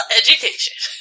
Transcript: education